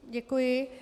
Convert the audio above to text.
Děkuji.